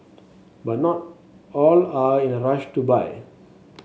but not all are in a rush to buy